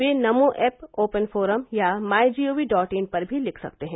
वे Namo app open forum या my G O V dot in पर भी लिख सकते हैं